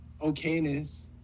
okayness